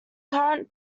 current